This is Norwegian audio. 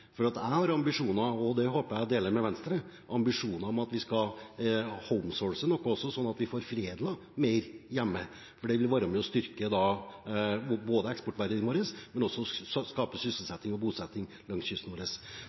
Jeg har ambisjoner – og dem håper jeg jeg deler med Venstre – om at vi skal «homesource» noe også, slik at vi får foredlet mer hjemme, for det vil være med og styrke eksportverdien vår, men også skape sysselsetting og bosetting langs kysten.